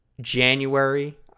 January